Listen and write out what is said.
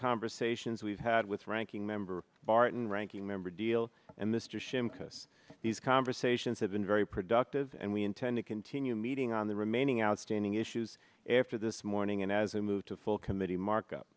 conversations we've had with ranking member barton ranking member deal and mr shimkus these conversations have been very productive and we intend to continue meeting on the remaining outstanding issues after this morning and as we move to full committee markup